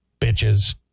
bitches